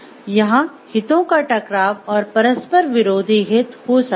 यहाँ हितों का टकराव और "परस्पर विरोधी हित" हो सकते है